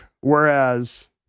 whereas